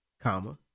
comma